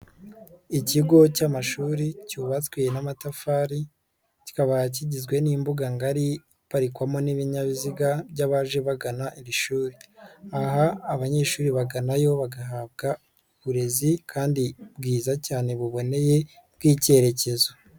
Ikigo cy'amashuri cyubatswe n'amatafari, kikaba kigizwe n'imbuga ngari, iparikwamo n'ibinyabiziga by'abaje bagana iri shuri. Aha abanyeshuri baganayo, bagahabwa uburezi kandi bwiza cyane buboneye bw'icyerekezo.